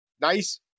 Nice